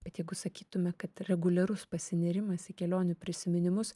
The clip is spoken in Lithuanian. bet jeigu sakytume kad reguliarus pasinėrimas į kelionių prisiminimus